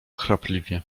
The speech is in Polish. chrapliwie